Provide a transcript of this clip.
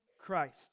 Christ